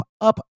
up